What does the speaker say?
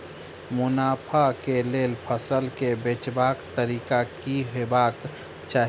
मुनाफा केँ लेल फसल केँ बेचबाक तरीका की हेबाक चाहि?